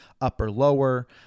upper-lower